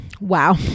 Wow